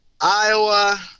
Iowa